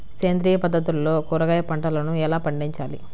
సేంద్రియ పద్ధతుల్లో కూరగాయ పంటలను ఎలా పండించాలి?